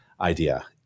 idea